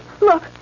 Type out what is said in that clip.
Look